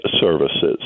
services